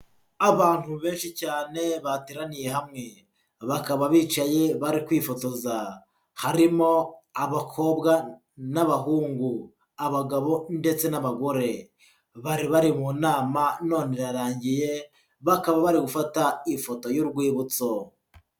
Abantu benshi cyane bateraniye hamwe, bakaba bicaye bari kwifotoza, harimo abakobwa n'abahungu, abagabo ndetse n'abagore, bari bari mu nama none irarangiye bakaba bari gufata ifoto y'urwibutso.